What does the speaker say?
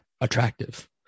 attractive